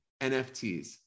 NFTs